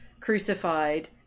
crucified